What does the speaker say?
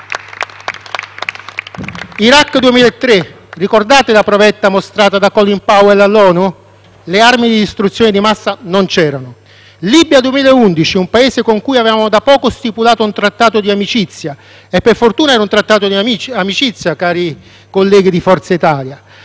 Iraq, 2003: ricordate la provetta mostrata da Colin Powel all'ONU? Le armi di distruzione di massa non c'erano. Libia 2011, un Paese con cui avevamo da poco stipulato un trattato di amicizia (e per fortuna era di amicizia, cari colleghi di Forza Italia).